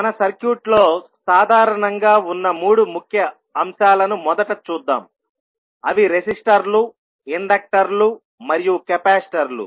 మన సర్క్యూట్లో సాధారణంగా ఉన్న మూడు ముఖ్య అంశాలను మొదట చూద్దాం అవి రెసిస్టర్లు ఇండక్టర్లు మరియు కెపాసిటర్లు